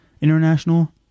International